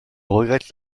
regrette